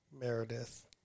Meredith